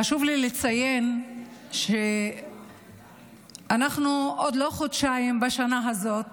חשוב לי לציין שעוד לא עברו חודשיים בשנה הזאת